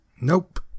nope